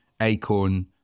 Acorn